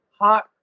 hot